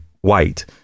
white